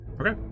Okay